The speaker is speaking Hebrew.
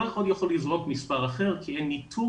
כל אחד יכול לזרוק מספר אחר כי אין ניטור